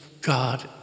God